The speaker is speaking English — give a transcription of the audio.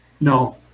No